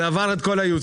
זה עבר את כל הייעוץ